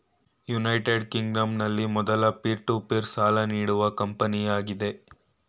United ಕಿಂಗ್ಡಂನಲ್ಲಿ ಮೊದ್ಲ peer to peer ಸಾಲ ನೀಡುವ ಕಂಪನಿಯಾಗಿದೆ